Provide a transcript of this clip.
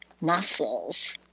muscles